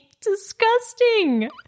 Disgusting